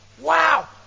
Wow